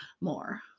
more